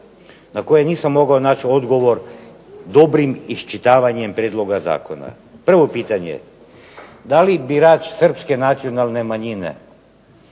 na koje nisam mogao naći odgovor dobrim iščitavanjem prijedloga zakona. Prvo pitanje, da li birač Srpske nacionalne manjine